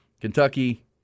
Kentucky